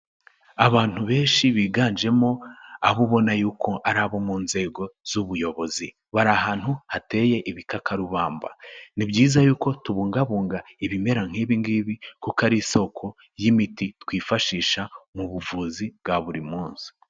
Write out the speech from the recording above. Abantu benshi biganjemo abo ubona yuko ari abo mu nzego z'ubuyobozi, bari ahantu hateye ibikakarubamba, ni byiza yuko tubungabunga ibimera nk'ibi ngibi, kuko ari isoko y'imiti twifashisha mu buvuzi bwa buri munsi.